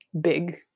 big